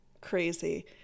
crazy